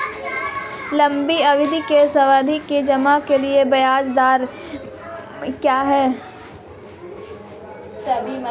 लंबी अवधि के सावधि जमा के लिए ब्याज दर क्या है?